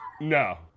No